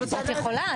את יכולה.